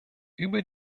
über